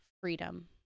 freedom